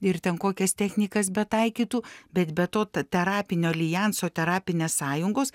ir ten kokias technikas betaikytų bet be to ta terapinio aljanso terapinės sąjungos